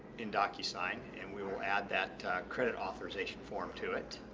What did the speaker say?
in docusign and we will add that credit authorization form to it.